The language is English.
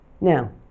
Now